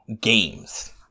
games